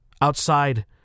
Outside